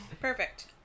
Perfect